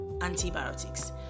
antibiotics